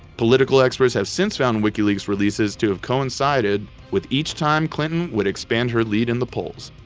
political experts have since found wikileaks releases to have coincided with each time clinton would expand her lead in the polls.